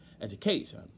education